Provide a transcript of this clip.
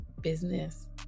business